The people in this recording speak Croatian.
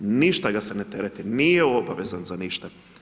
Ništa ga se ne tereti, nije obavezan za ništa.